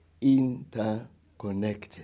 interconnected